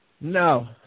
No